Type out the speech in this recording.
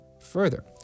Further